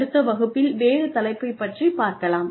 அடுத்த வகுப்பில் வேறு தலைப்பை பற்றி பார்க்கலாம்